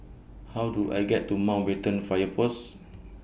How Do I get to Mountbatten Fire Pose